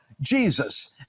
Jesus